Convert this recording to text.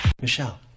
Michelle